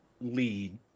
lead